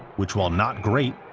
which while not great,